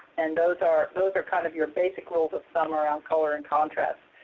and those are those are kind of your basic rules of thumb around color and contrast.